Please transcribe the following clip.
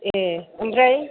ए ओमफ्राय